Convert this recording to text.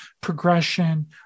progression